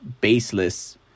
baseless